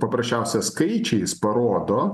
paprasčiausia skaičiais parodo